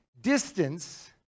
distance